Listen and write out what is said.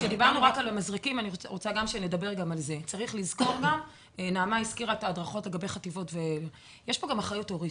נעמה הזכירה את ההדרכות לגבי חטיבות יש פה גם אחריות הורית.